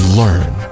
learn